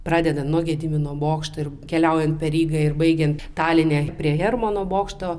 pradeda nuo gedimino bokšto ir keliaujant per rygą ir baigiant taline prie hermano bokšto